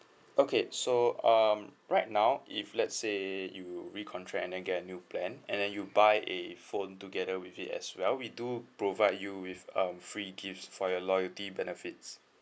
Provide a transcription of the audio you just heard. okay so um right now if let's say you recontract and then get a new plan and then you buy a phone together with it as well we do provide you with um free gifts for your loyalty benefits